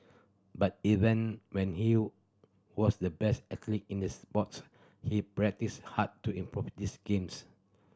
but even when he was the best in the sport he practised hard to improve this games